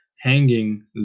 hanging